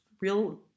real